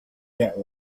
that